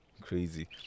Crazy